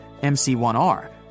MC1R